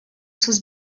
sus